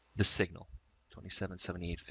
the signal twenty seven, seventy eight,